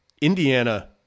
indiana